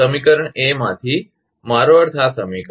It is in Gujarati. સમીકરણ એ માંથી મારો અર્થ આ સમીકરણ